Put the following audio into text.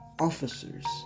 officers